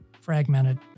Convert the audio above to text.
fragmented